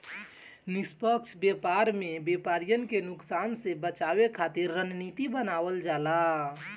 निष्पक्ष व्यापार में व्यापरिन के नुकसान से बचावे खातिर रणनीति बनावल जाला